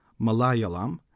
Malayalam